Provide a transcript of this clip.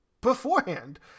Beforehand